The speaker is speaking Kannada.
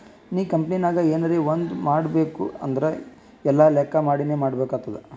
ನೀ ಕಂಪನಿನಾಗ್ ಎನರೇ ಒಂದ್ ಮಾಡ್ಬೇಕ್ ಅಂದುರ್ ಎಲ್ಲಾ ಲೆಕ್ಕಾ ಮಾಡಿನೇ ಮಾಡ್ಬೇಕ್ ಆತ್ತುದ್